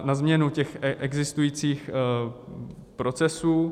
na změnu těch existujících procesů.